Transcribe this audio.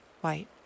white